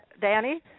Danny